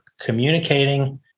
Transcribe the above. communicating